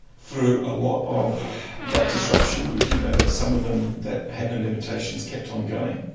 through a lot of that disruption. we do know that some of them, that had no limitations, kept on going.